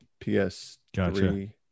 PS3